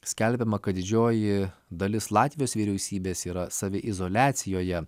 skelbiama kad didžioji dalis latvijos vyriausybės yra saviizoliacijoje